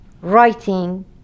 writing